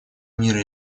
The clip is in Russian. мира